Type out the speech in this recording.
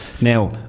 Now